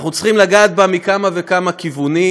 אנחנו צריכים לגעת בה מכמה וכמה כיוונים,